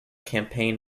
campaign